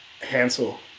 Hansel